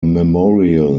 memorial